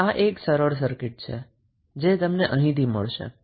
તો હવે આ એક સરળ સર્કિટ છે જે તમને અહીંથી મળશે